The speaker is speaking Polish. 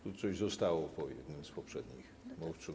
Tu coś zostało po jednym z poprzednich mówców.